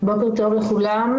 בוקר טוב לכולם.